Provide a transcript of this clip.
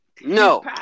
No